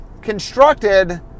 constructed